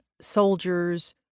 soldiers